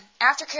aftercare